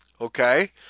Okay